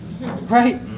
Right